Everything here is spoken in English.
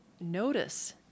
notice